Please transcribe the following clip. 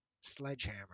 sledgehammer